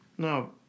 No